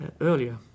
earlier